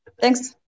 Thanks